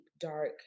dark